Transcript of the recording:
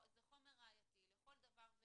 זה חומר ראייתי לכל דבר ועניין,